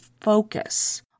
focus